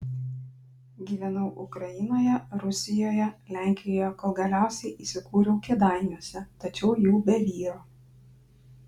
gyvenau ukrainoje rusijoje lenkijoje kol galiausiai įsikūriau kėdainiuose tačiau jau be vyro